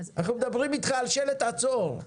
אנחנו מדברים איתך על שלט 'עצור',